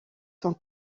sont